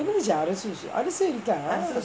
இருந்துச்சா அரசு இருக்கா:irunthuchaa arasu irukkaa